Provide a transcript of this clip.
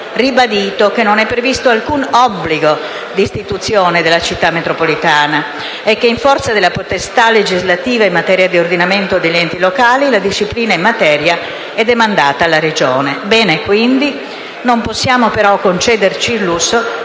ribadito che non è previsto alcun obbligo di istituzione della Città metropolitana e che in forza della potestà legislativa in materia di ordinamento degli enti locali, la disciplina in materia è demandata alla Regione. Bene, quindi, ma non possiamo concederci il lusso